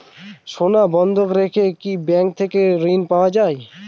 সোনা বন্ধক রেখে কি ব্যাংক থেকে ঋণ পাওয়া য়ায়?